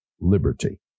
liberty